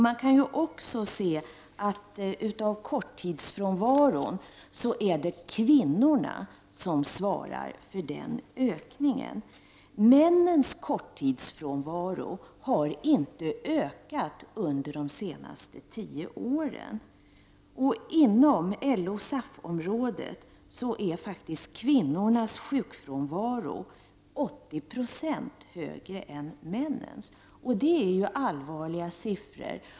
Man kan också se att det är kvinnorna som står för ökningen av korttidsfrånvaron. Männens korttidsfrånvaro har inte ökat under de senaste tio åren. Inom LO-SAF-området är faktiskt kvinnornas sjukfrånvaro 80 90 högre än männens. Detta är allvarliga siffror.